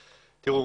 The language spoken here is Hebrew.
נפתלי.